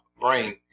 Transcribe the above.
brain